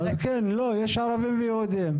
אז כן, לא, יש ערבים ויהודים.